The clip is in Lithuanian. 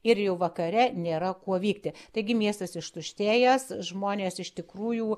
ir jau vakare nėra kuo vykti taigi miestas ištuštėjęs žmonės iš tikrųjų